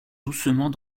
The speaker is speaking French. doucement